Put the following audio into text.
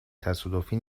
تصادفی